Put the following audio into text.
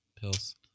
pills